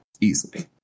easily